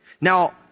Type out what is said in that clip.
Now